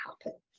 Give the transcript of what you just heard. happen